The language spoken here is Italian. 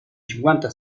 cinquanta